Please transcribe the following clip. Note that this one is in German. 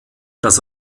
das